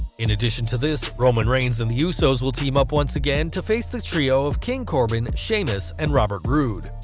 in addition to this, roman reigns and the usos will team up once again to face the trio of king corbin, sheamus and robert roode.